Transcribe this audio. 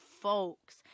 folks